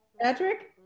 Patrick